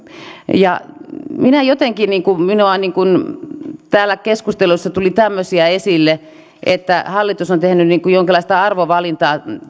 ja minä jotenkin täällä keskustelussa tuli tämmöisiä esille että tämä nykyinen hallitus on tehnyt niin kuin jonkinlaista arvovalintaa